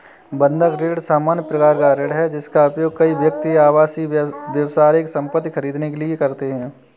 बंधक ऋण सामान्य प्रकार का ऋण है, जिसका उपयोग कई व्यक्ति आवासीय, व्यावसायिक संपत्ति खरीदने के लिए करते हैं